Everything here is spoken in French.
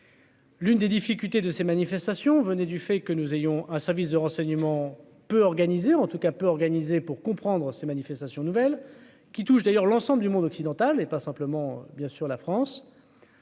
L'une des difficultés de ces manifestations venait du fait que nous ayons un service de renseignement peut organiser, en tout cas peu organiser pour comprendre ces manifestations nouvelles qui touche d'ailleurs l'ensemble du monde occidental et pas simplement bien sûr la France.